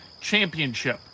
Championship